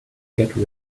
get